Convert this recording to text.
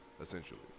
essentially